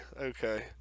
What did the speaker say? okay